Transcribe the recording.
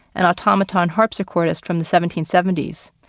an automaton harpsichordist from the seventeen seventy s.